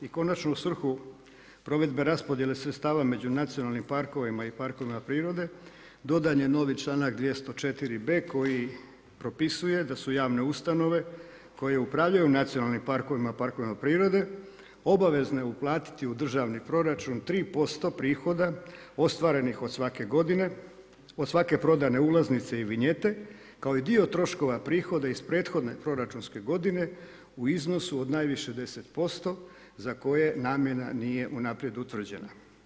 I konačno u svrhu provedbe raspodjele sredstava međunacionalnim parkovima i parkovima prirode, dodan je novi članak 204. b koji propisuje da su javne ustanove koje upravljanju nacionalnim parkovima i parkovima prirode obavezne uplatiti u državni proračun 3% prihoda ostvarenih od svake prodajne ulaznice i vinjete kao i dio troškova prihoda iz prethodne proračunske godine u iznosu od najviše 10% za koje namjena nije unaprijed utvrđena.